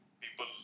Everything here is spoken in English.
people